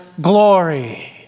glory